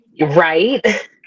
Right